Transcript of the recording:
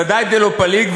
ודאי דלא פליג,